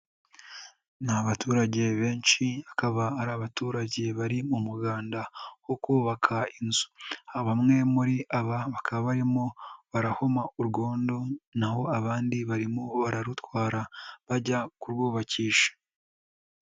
Ni abaturage benshi bakaba ari abaturage bari mu muganda wo kubaka inzu, bamwe muri aba bakaba barimo barahoma urwondo, n'aho abandi barimo bararutwara bajya kurwubakisha.